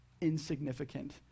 insignificant